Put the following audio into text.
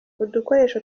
udukoresho